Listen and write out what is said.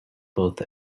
both